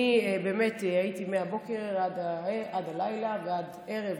אני באמת הייתי בחנוכה מהבוקר עד הלילה, עד הערב,